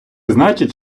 значить